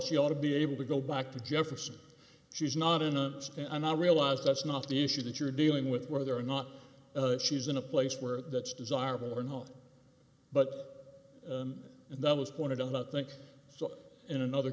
she ought to be able to go back to jefferson she's not in a state and i realize that's not the issue that you're dealing with whether or not she's in a place where that's desirable or not but and that was pointed out think so in another